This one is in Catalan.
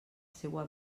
seua